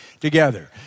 together